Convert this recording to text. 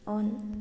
on